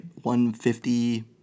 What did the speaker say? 150